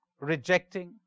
rejecting